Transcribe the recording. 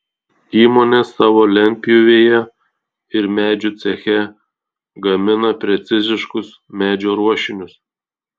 įmonė savo lentpjūvėje ir medžio ceche gamina preciziškus medžio ruošinius